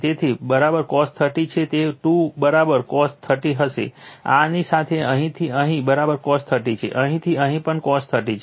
તેથી cos 30 છે તે 2 cos 30 હશે આની સાથે અહીંથી અહીં cos 30 છે અહીંથી અહીં પણ cos 30 છે